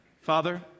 Father